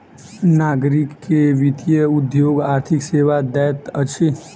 नागरिक के वित्तीय उद्योग आर्थिक सेवा दैत अछि